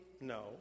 No